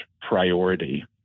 priority